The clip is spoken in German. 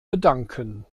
bedanken